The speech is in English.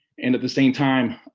and at the same time,